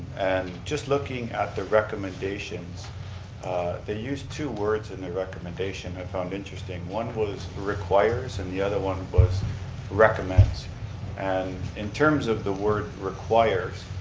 and just looking at the recommendations they use two words in their recommendation i found interesting. one was requires and the other one was recommends and in terms of the word requires,